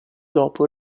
dopo